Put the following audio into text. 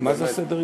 מה זה סדר-היום?